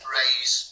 raise